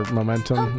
momentum